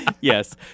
Yes